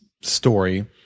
story